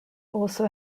also